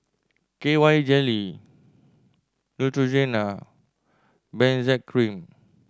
K Y Jelly Neutrogena Benzac Cream